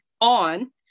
on